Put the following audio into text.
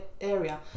area